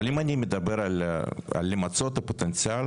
אבל, אם אני מדבר על למצות את הפוטנציאל,